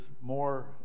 more